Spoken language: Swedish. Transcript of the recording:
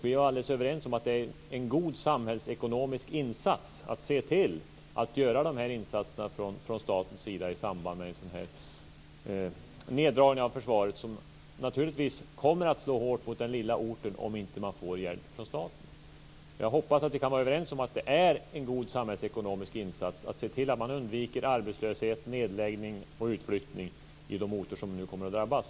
Vi var alldeles överens om att det är en god samhällsekonomisk åtgärd att se till att göra sådana här insatser från statens sida i samband med en neddragning av försvaret. Den kommer naturligtvis att slå hårt mot den lilla orten om man inte får hjälp av staten. Jag hoppas att vi kan vara överens om att det är en god samhällsekonomisk insats att se till att man undviker arbetslöshet, nedläggning och utflyttning i de orter som kommer att drabbas.